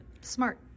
Smart